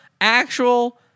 actual